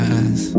eyes